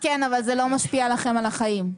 זה לא אחד על אחד.